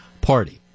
party